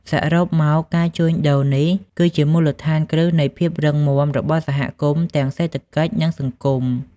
សរុបមក ការជួញដូរនេះគឺជាមូលដ្ឋានគ្រឹះនៃភាពរឹងមាំរបស់សហគមន៍ទាំងសេដ្ឋកិច្ចនិងសង្គម។